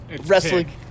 wrestling